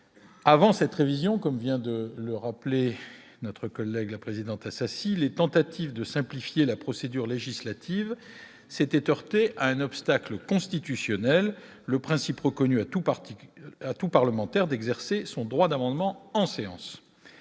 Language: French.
Avant cette révision, comme vient de le rappeler notre collègue la présidente à ça si les tentatives de simplifier la procédure législative s'était heurté à un obstacle constitutionnel le principe reconnue à tout particulier à tout parlementaire d'exercer son droit d'amendement en séance,